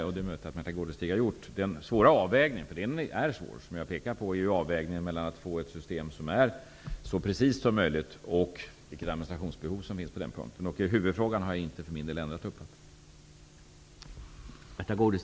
Det är möjligt att Märtha Gårdestig har gjort det. Den svåra avvägningen -- för den är svår -- är den mellan att få ett system som är så precist som möjligt och vilket administrationsbehov som finns på den punkten. Jag har för min del inte ändrat uppfattning i huvudfrågan.